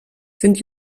sind